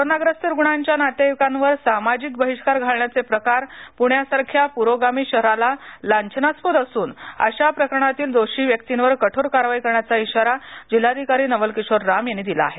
कोरोनाग्रस्त रुग्णांच्या नातेवाईकांवर सामाजिक बहिष्कार घालण्याचे प्रकार पुण्यासारख्या पुरोगामी शहराला लांछनास्पद असून अशा प्रकरणातील दोषी व्यक्तींवर कठोर कारवाई करण्याचा श्रीारा जिल्हाधिकारी नवल किशोर राम यांनी दिला आहे